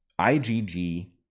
IgG